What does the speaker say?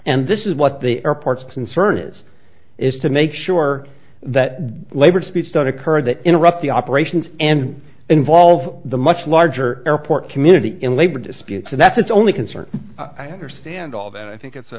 and this is what the airports concern is is to make sure that labor disputes don't occur that interrupt the operations and involve the much larger airport community in labor disputes and that's only concern i understand all that i think it's